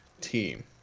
team